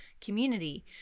community